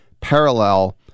parallel